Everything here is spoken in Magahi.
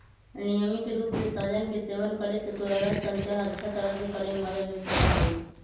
नियमित रूप से सहजन के सेवन करे से तोरा रक्त संचार अच्छा तरह से करे में मदद मिल सका हई